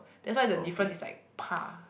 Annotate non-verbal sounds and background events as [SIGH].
that's why the difference is like [NOISE]